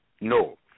No